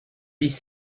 dix